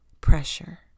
pressure